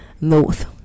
North